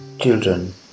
Children